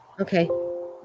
Okay